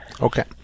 Okay